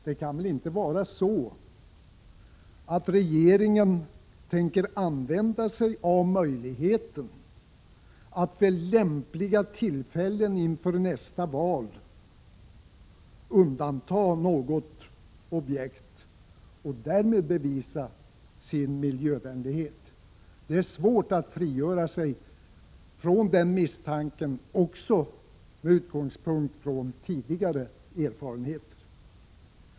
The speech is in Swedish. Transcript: Det kan väl inte vara så att regeringen tänker använda sig av möjligheten att vid lämpliga tillfällen inför nästa val undanta något objekt och därmed bevisa sin miljövänlighet. Det är svårt att frigöra sig från den misstanken också med utgångspunkt i tidigare erfarenheter.